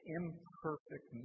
imperfect